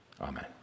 amen